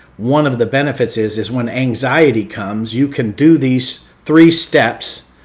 one of the benefits is, is when anxiety comes, you can do these three steps.